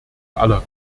aller